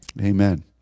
Amen